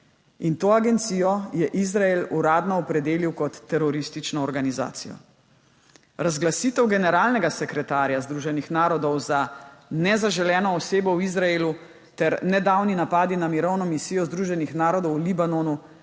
In to agencijo je Izrael uradno opredelil kot teroristično organizacijo! Razglasitev generalnega sekretarja Združenih narodov za nezaželeno osebo v Izraelu ter nedavni napadi na mirovno misijo Združenih narodov v Libanonu